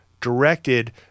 directed